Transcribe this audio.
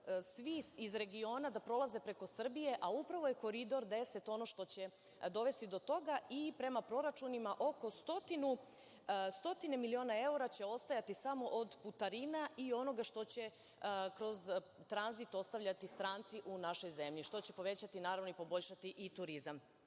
svi iz regiona da prolaze preko Srbije, a upravo je Koridor 10 ono što će dovesti do toga. Prema proračunima oko stotine miliona evra će ostajati samo od putarina i onoga što će kroz tranzit ostavljati stranci u našoj zemlji, što će povećati naravno i poboljšati i turizam. Rekla